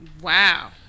Wow